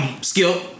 Skill